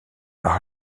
par